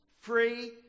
free